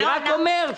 אני רק אומר,